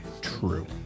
True